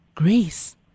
Grace